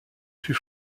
fut